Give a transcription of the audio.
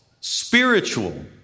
spiritual